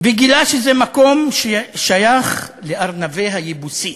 וגילה שזה מקום ששייך לארוונה היבוסי,